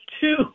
two